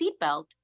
seatbelt